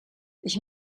ich